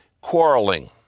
quarreling